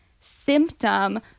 symptom